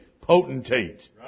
potentate